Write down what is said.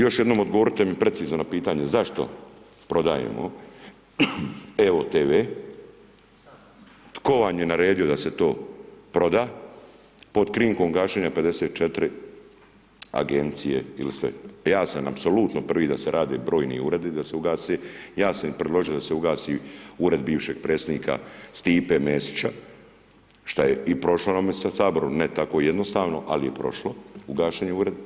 Još jednom, odgovorite mi precizno na pitanje zašto prodajemo Evo TV, tko vam je naredio da se to proda, pod krinkom gašenja 54 agencije, ili se, ja sam apsolutno prvi da se radi brojni uredi da se ugase, ja sam im predložio da se ugasi ured bivšeg predsjednika Stipe Mesića, šta je i prošlo na Saboru, ne tako jednostavno ali je prošlo, ugašen je ured.